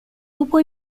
lupo